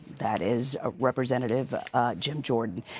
that is a representative jim jordan.